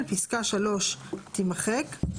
פסקה (3) - תימחק.